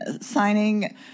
signing